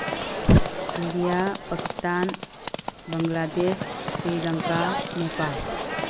India Pakistan Bangladesh Sri Lanka Nepal